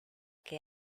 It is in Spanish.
que